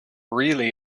really